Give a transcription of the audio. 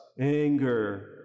anger